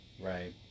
Right